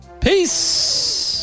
Peace